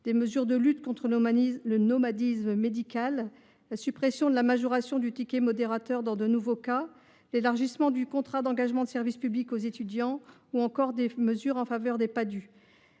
aux soins : lutte contre le nomadisme médical, suppression de la majoration du ticket modérateur dans certains cas, élargissement du contrat d’engagement de service public aux étudiants, mesures en faveur des Padhue.